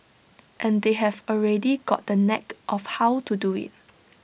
and they've already got the knack of how to do IT